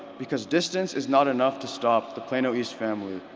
because distance is not enough to stop the plano east family.